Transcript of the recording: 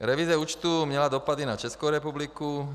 Revize účtu měla dopad i na Českou republiku.